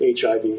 HIV